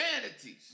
vanities